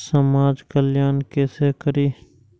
समाज कल्याण केसे करी?